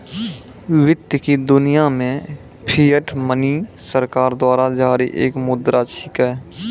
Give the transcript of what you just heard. वित्त की दुनिया मे फिएट मनी सरकार द्वारा जारी एक मुद्रा छिकै